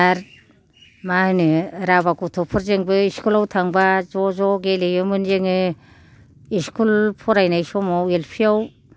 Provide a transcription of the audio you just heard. आरो मा होनो राभा गथ'फोरजोंबो इसकुलाव थांबा ज' ज' गेलेयोमोन जोङो इसकुल फरायनाय समाव एल पि आव